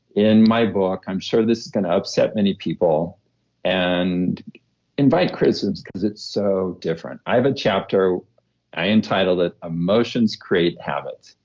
in my book, i'm sure this is going to upset many people and invite criticisms because it's so different. i have a chapter i entitled it, emotions create habits.